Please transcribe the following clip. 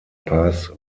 paz